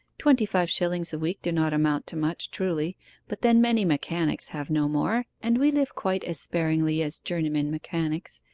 twenty-five shillings a week do not amount to much truly but then many mechanics have no more, and we live quite as sparingly as journeymen mechanics.